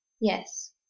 Yes